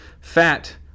fat